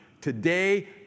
today